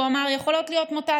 הוא אמר: יכולות להיות מוטציות,